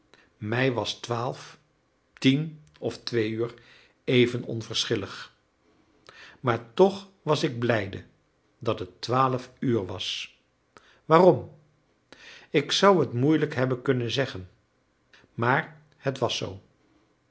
mij was twaalf tien of twee uur even onverschillig maar toch was ik blijde dat het twaalf uur was waarom ik zou het moeilijk hebben kunnen zeggen maar het was zoo